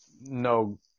No